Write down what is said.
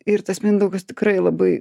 ir tas mindaugas tikrai labai